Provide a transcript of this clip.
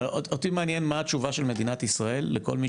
אותי מעניין מה התשובה של מדינת ישראל לכל מי